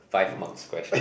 five marks question